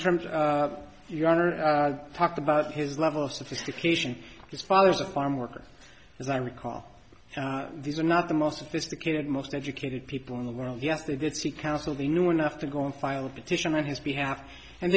terms of your honor talked about his level of sophistication his father's a farmer as i recall these are not the most sophisticated most educated people in the world yes they did seek counsel they knew enough to go and file a petition on his behalf and